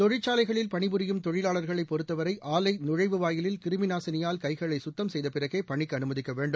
தொழிற்சாலைகளில் பணிபுரியும் தொழிலாளா்களை பொறுத்தவரை ஆலை நழைவாயிலில் கிருமிநாசினியால் கைகளை சுத்தம் செய்த பிறகே பணிக்கு அனுமதிக்க வேண்டும்